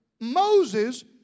Moses